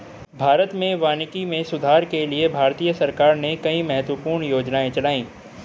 भारत में वानिकी में सुधार के लिए भारतीय सरकार ने कई महत्वपूर्ण योजनाएं चलाई